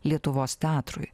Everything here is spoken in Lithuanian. lietuvos teatrui